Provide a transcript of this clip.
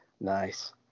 Nice